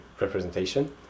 representation